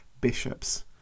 bishops